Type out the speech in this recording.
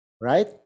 right